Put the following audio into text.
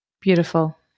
Beautiful